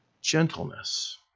gentleness